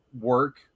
work